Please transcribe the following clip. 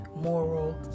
moral